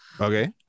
Okay